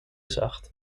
zacht